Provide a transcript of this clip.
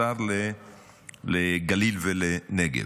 השר לגליל ולנגב.